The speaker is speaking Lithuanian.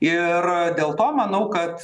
ir dėl to manau kad